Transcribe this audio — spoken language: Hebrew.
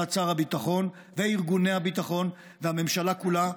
בהובלת שר הביטחון וארגוני הביטחון והממשלה כולה,